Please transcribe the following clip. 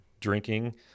drinking